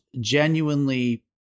genuinely